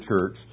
church